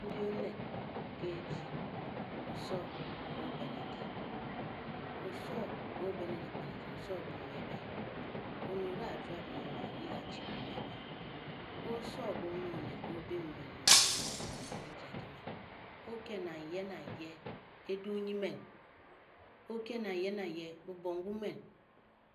Dyikpen ndyi onet ke ejii oso nke o-be ne ndyi oso nke o- be ne dyikpen eten, oso nkee o-me be, oned o da-e chuab e eme, nyi kanchi nke o-me, ke oso nke o-me oned ke obyi mu men, ne oryuu mu emen, ne ke kyije emen, o-kye nang yee nang yee edu nyi emen o-kye nang yee nang yee bubong mbu emen,